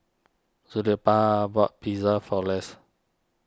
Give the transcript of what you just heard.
Zilpah bought Pizza for Less